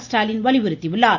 ஸ்டாலின் வலியுறுத்தியுள்ளார்